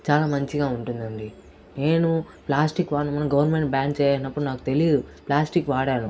చాలా మంచిగా ఉంటుందండి నేను ప్లాస్టిక్ వాడమని గవర్నమెంట్ బ్యాన్ చేయనప్పుడు నాకు తెలియదు ప్లాస్టిక్ వాడాను